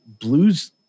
blues